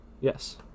Yes